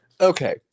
Okay